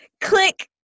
click